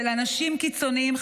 של אנשים קיצוניים,